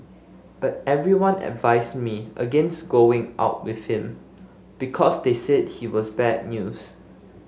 but everyone advised me against going out with him because they said he was bad news